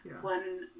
one